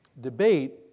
debate